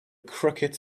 crooked